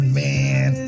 man